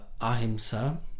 ahimsa